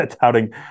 touting